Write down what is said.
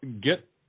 get